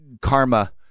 karma